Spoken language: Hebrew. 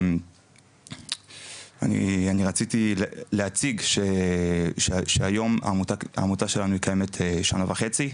אני רציתי להציג שהיום העמותה שלנו היא קיימת כשנה וחצי,